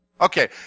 Okay